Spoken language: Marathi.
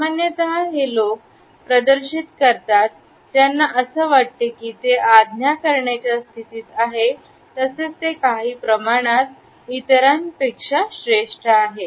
सामान्यत ते लोक प्रदर्शित करतात ज्यांना असे वाटते की ते आज्ञा करण्याच्या स्थितीत आहेत तसेच ते काही प्रमाणात इतरांपेक्षा श्रेष्ठ आहेत